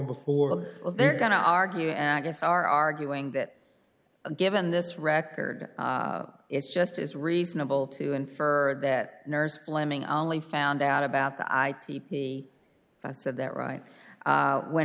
before they're going to argue and i guess are arguing that given this record it's just as reasonable to infer that nurse fleming only found out about the i t he said that right when